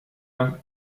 lang